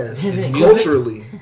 culturally